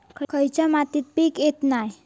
खयच्या मातीत पीक येत नाय?